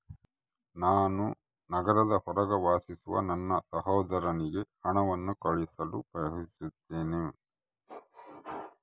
ನಾನು ನಗರದ ಹೊರಗೆ ವಾಸಿಸುವ ನನ್ನ ಸಹೋದರನಿಗೆ ಹಣವನ್ನು ಕಳುಹಿಸಲು ಬಯಸುತ್ತೇನೆ